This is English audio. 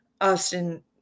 Austin